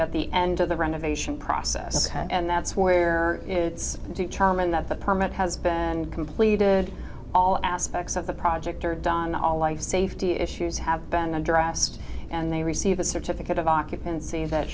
at the end of the renovation process and that's where it's determined that the permit has been completed all aspects of the project are done all life safety issues have been addressed and they receive a certificate of occupancy that